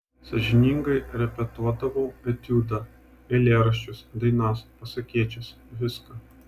sąžiningai repetuodavau etiudą eilėraščius dainas pasakėčias viską